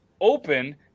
open